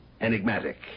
Enigmatic